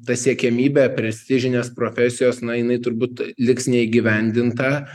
ta siekiamybė prestižinės profesijos na jinai turbūt liks neįgyvendinta